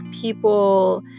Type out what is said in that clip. people